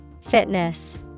fitness